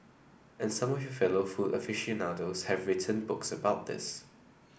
and some of your fellow food aficionados have written books about this